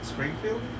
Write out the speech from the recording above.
Springfield